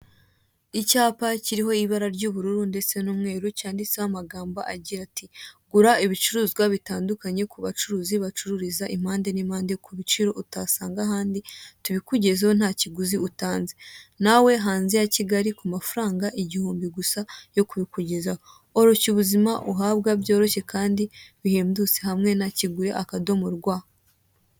Icyapa kiriho ibara ry'ubururu ndetse n'umweru, cyanditseho amagambo agira ati "Gura ibicuruzwa bitandukanye ku bacuruzi bacururiza impande n'impande ku biciro utasanga ahandi, tubikugezaho nta kiguzi utanze. Nawe hanze ya Kigali, ku mafaranga igihumbi gusa yo kubikugezaho. Oroshya ubuzima ihabwa byoroshye kandi bihendutse, hamwe na kigure.rw."